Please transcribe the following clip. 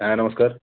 হ্যাঁ নমস্কার